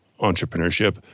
entrepreneurship